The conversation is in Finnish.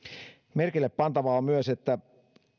merkillepantavaa on myös että